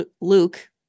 Luke